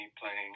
playing